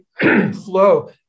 flow